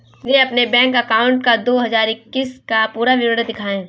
मुझे अपने bank account का दो हज़ार इक्कीस का पूरा विवरण दिखाएँ?